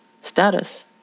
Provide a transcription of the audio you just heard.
status